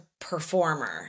performer